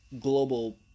global